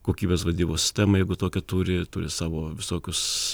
kokybės vadybos sistemą jeigu tokią turi turi savo visokius